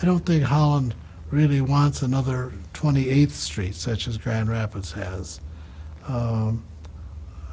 i don't think holland really wants another twenty eighth street such as grand rapids has